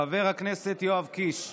חבר הכנסת יואב קיש.